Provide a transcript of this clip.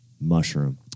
mushroom